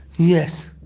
yes.